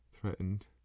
threatened